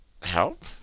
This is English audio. help